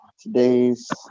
today's